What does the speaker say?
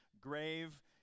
grave